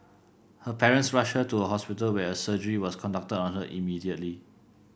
her parents rushed her to a hospital where a surgery was conducted on her immediately